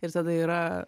ir tada yra